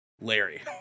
Larry